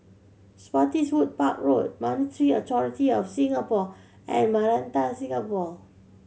Spottiswoode Park Road Monetary Authority Of Singapore and Maranta Avenue